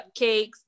cupcakes